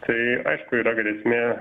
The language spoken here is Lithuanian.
tai aišku yra grėsmė